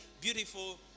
beautiful